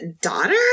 daughter